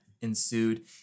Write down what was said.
ensued